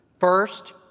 First